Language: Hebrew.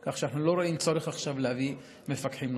כך שאנחנו לא רואים צורך להביא עכשיו מפקחים נוספים.